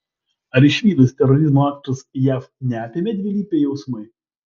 ar išvydus terorizmo aktus jav neapėmė dvilypiai jausmai